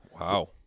Wow